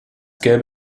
gäbe